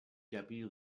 deputy